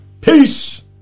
Peace